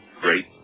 great